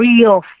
real